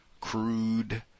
crude